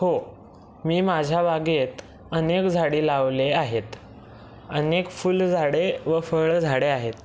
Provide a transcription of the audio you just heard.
हो मी माझ्या बागेत अनेक झाडे लावले आहेत अनेक फुलझाडे व फळझाडे आहेत